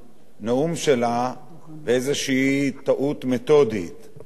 שלה באיזו טעות מתודית,